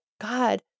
God